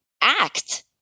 act